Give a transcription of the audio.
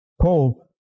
Paul